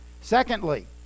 Secondly